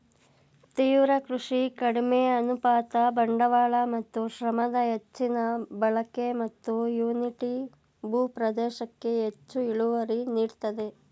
ತೀವ್ರ ಕೃಷಿ ಕಡಿಮೆ ಅನುಪಾತ ಬಂಡವಾಳ ಮತ್ತು ಶ್ರಮದ ಹೆಚ್ಚಿನ ಬಳಕೆ ಮತ್ತು ಯೂನಿಟ್ ಭೂ ಪ್ರದೇಶಕ್ಕೆ ಹೆಚ್ಚು ಇಳುವರಿ ನೀಡ್ತದೆ